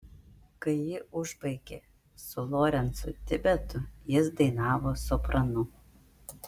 kai ji užbaigė su lorencu tibetu jis dainavo sopranu